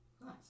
Nice